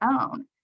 own